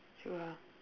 so ah